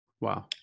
Wow